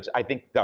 i think,